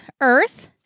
earth